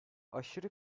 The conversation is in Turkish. aşırı